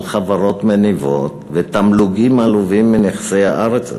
על חברות מניבות ותמלוגים עלובים מנכסי הארץ הזאת?